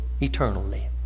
eternally